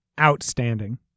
Outstanding